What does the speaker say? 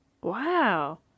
Wow